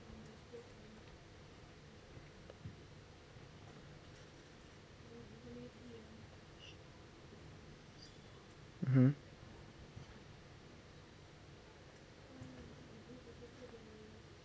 mmhmm